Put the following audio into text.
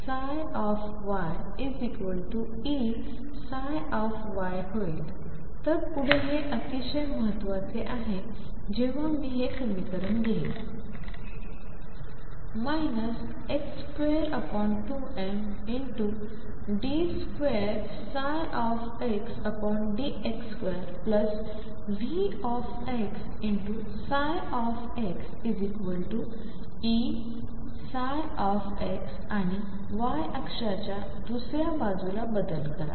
होईल तरपुढे हे अतिशय महत्वाचे आहे जेव्हा मी हे समीकरण घेईल 22md2xdx2VxxEψ आणि y अक्षाच्या दुसऱ्या बाजूला बदल करा